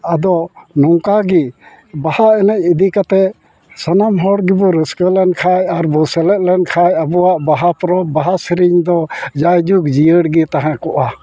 ᱟᱫᱚ ᱱᱚᱝᱠᱟ ᱜᱮ ᱵᱟᱦᱟ ᱮᱱᱮᱡ ᱤᱫᱤ ᱠᱟᱛᱮᱫ ᱥᱟᱱᱟᱢ ᱦᱚᱲ ᱜᱮᱵᱚ ᱨᱟᱹᱥᱠᱟᱹ ᱞᱮᱱᱠᱷᱟᱡ ᱟᱨ ᱵᱚ ᱥᱮᱞᱮᱫ ᱞᱮᱱᱠᱷᱟᱡ ᱟᱵᱚᱣᱟᱜ ᱵᱟᱦᱟ ᱯᱚᱨᱚᱵᱽ ᱵᱟᱦᱟ ᱥᱮᱨᱮᱧ ᱫᱚ ᱡᱟᱭᱡᱩᱜᱽ ᱡᱤᱭᱟᱹᱲᱜᱮ ᱛᱟᱦᱮᱸᱠᱚᱜᱼᱟ